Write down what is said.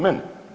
Meni.